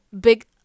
big